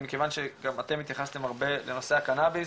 ומכיוון שגם אתם התייחסתם הרבה לנושא הקנאביס,